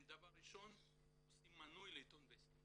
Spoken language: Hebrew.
הם דבר ראשון עושים מנוי לעיתון וסטי.